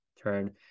turn